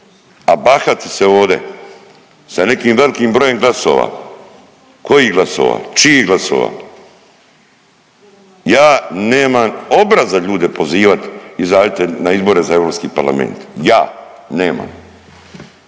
a bahati se ovde sa nekim velikim brojem glasova. Kojih glasova? Čijih glasova? Ja nemam obraza ljude pozivati izađite na izbore za Europski parlament. Ja nemam,